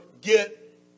get